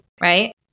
right